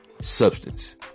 substance